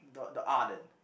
the the